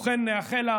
ובכן, נאחל לה